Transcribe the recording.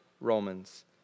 Romans